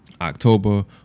October